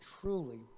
truly